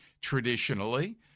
traditionally